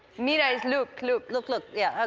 mira is look, look. look, look. yeah.